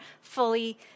fully